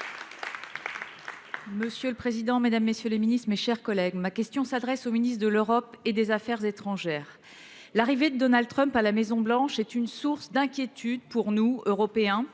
pour le groupe Socialiste, Écologiste et Républicain. Ma question s’adresse à M. le ministre de l’Europe et des affaires étrangères. L’arrivée de Donald Trump à la Maison Blanche est une source d’inquiétude pour nous, Européens,